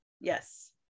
yes